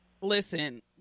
Listen